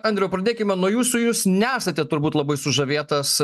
andriau pradėkime nuo jūsų jūs nesate turbūt labai sužavėtas